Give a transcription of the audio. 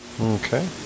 Okay